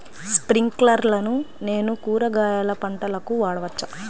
స్ప్రింక్లర్లను నేను కూరగాయల పంటలకు వాడవచ్చా?